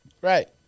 Right